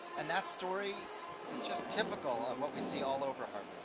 and that story is just typical of what we see all over harvard.